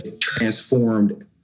transformed